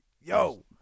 yo